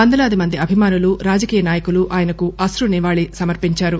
వందలాది మంది అభిమానులు రాజకీయ నాయకులు ఆయనకు అశ్రు నివాళి సమర్పించారు